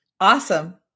Awesome